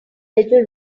little